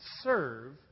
serve